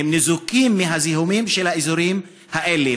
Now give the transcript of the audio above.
הן ניזוקות מהזיהומים של האזורים האלה.